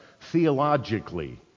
theologically